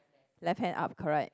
left hand up correct